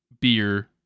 beer